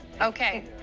Okay